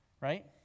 right